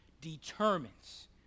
determines